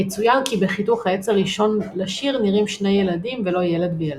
יצוין כי בחיתוך העץ הראשון לשיר נראים שני ילדים ולא ילד וילדה.